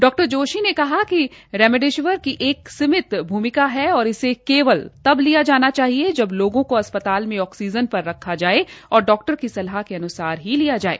डॉ जोशी ने कहा कि रेमडेशिविर की एक सीमित भूमिका है और इसे केवल तब लिया जाना चाहिए जब लोगों को अस्पताल में ऑक्सीजन पर रखा जाये और डॉक्टर की सलाह के अनुसार ही लिया जाये